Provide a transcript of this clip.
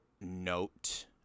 note